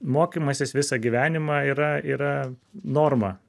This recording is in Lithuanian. mokymasis visą gyvenimą yra yra norma